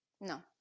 no